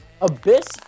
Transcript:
Abyss